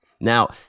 Now